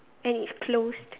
and it's closed